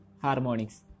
harmonics